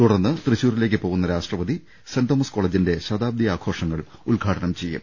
തുടർന്ന് തൃശൂരിലേക്ക് പോകുന്ന രാഷ്ട്ര പതി സെന്റ് തോമസ് കോളേജിന്റെ ശതാബ്ദി ആഘോഷങ്ങൾ ഉദ്ഘാ ടനം ചെയ്യും